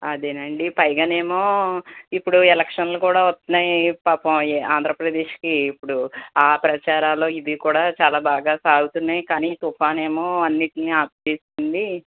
అదేనండి పైగానేమో ఇప్పుడు ఎలక్షన్లు కూడా వస్తున్నాయి పాపం ఆంధ్రప్రదేశ్కి ఇప్పుడు ఆ ప్రచారాలు ఇవీ కూడా చాలా బాగా సాగుతున్నాయి కానీ తుఫానేమో అన్నింటినీ ఆపేసింది